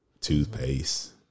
toothpaste